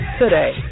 today